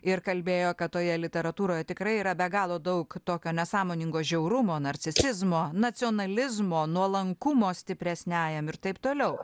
ir kalbėjo kad toje literatūroje tikrai yra be galo daug tokio nesąmoningo žiaurumo narcisizmo nacionalizmo nuolankumo stipresniajam ir taip toliau